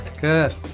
good